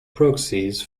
proxies